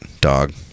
dog